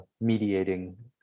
mediating